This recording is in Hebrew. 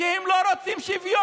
כי הם לא רוצים שוויון,